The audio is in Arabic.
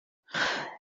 هذه